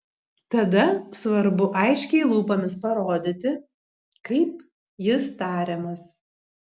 tada svarbu aiškiai lūpomis parodyti kaip jis tariamas